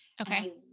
Okay